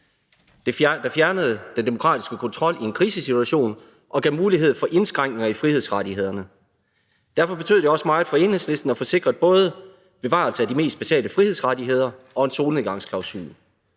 der fjernede den demokratiske kontrol i en krisesituation og gav mulighed for indskrænkninger i frihedsrettighederne. Derfor betød det også meget for Enhedslisten at få sikret både bevarelsen af de mest basale frihedsrettigheder og en solnedgangsklausul.